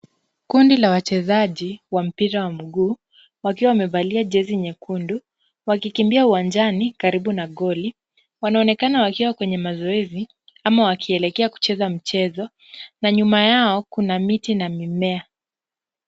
Kundi la wachezaji wa mpira wa mguu, wakiwa wamevalia jezi nyekundu, wakikimbia uwanjani karibu na goli, wanaonekana wakiwa kwenye mazoezi ama wakielekea kucheza mchezo na nyuma yao, kuna miti na mimea.